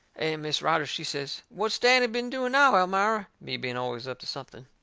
and mis' rogers she says, what's danny been doing now, elmira? me being always up to something.